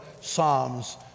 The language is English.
Psalms